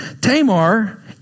Tamar